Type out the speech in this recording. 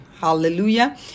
Hallelujah